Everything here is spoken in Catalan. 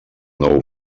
nou